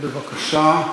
בבקשה.